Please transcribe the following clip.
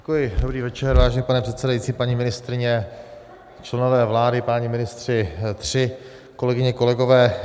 Dobrý večer, vážený pane předsedající, paní ministryně, členové vlády, páni ministři tři, kolegyně, kolegové.